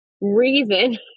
reason